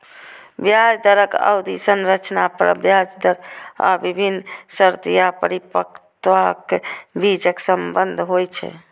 ब्याज दरक अवधि संरचना ब्याज दर आ विभिन्न शर्त या परिपक्वताक बीचक संबंध होइ छै